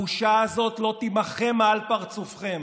הבושה הזאת לא תימחה מעל פרצופכם,